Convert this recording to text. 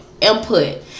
input